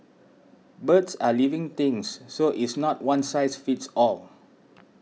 birds are living things so it's not one size fits all